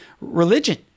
religion